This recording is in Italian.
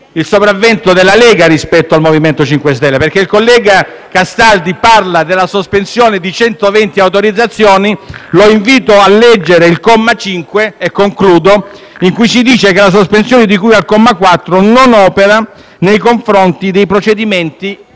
il sopravvento della Lega rispetto al MoVimento 5 Stelle. Infatti, il collega Castaldi parla della sospensione di 120 autorizzazioni, ma lo invito a leggere il comma 5, in cui si dice che la sospensione di cui al comma 4 non opera nei confronti dei procedimenti